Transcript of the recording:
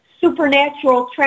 Supernatural